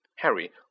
Harry